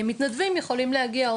מתנדבים יכולים להגיע,